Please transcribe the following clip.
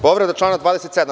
Povreda člana 27.